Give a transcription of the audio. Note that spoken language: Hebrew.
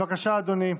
בבקשה, אדוני.